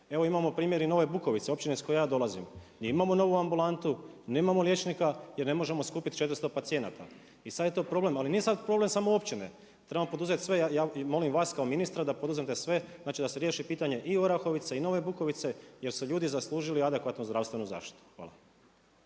Evo imamo primjer Nove Bukovice, općine iz koje ja dolazim. Mi imamo novu ambulantu, nemamo liječnika, jer ne možemo skupiti 400 pacijenata. I sad je to problem. Ali nije sad problem samo općine. Trebamo poduzet sve i ja molim vas kao ministra da poduzmete sve, znači da se riješi pitanje i Orahovice i Nove Bukovice, jer su ljudi zaslužili adekvatnu zdravstvenu zaštitu. Hvala.